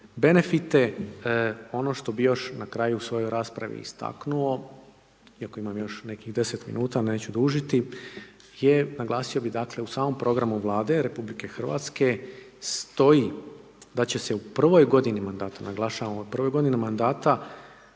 benefite. Ono što bi još na kraju u svojoj raspravi istaknuo, iako imam još nekih 10 min, neću dužiti je, naglasio bi dakle u samom programu Vlade RH stoji da će se u prvoj godini mandata, naglašavam, u prvoj godini mandata,